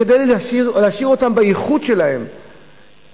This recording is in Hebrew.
כדי להשאיר אותם בייחוד שלהם,